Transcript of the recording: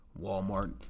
Walmart